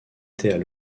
étaient